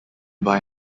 buy